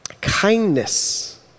Kindness